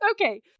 okay